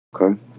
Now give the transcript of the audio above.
Okay